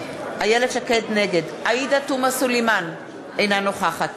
נגד עאידה תומא סלימאן, אינה נוכחת